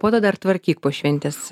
po to dar tvarkyk po šventės